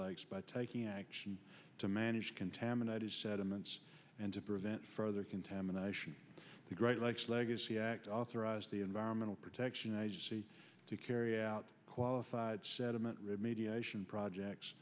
lakes by taking action to manage contaminated sediments and to prevent further contamination the great lakes legacy act authorized the environmental protection agency to carry out qualified sediment remediation projects